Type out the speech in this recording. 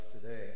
today